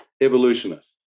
evolutionist